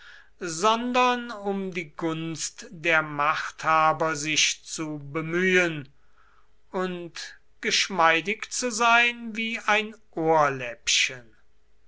sondern um die gunst der machthaber sich zu bemühen und geschmeidig zu sein wie ein ohrläppchen